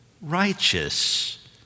righteous